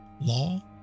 law